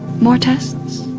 more tests?